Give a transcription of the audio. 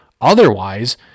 Otherwise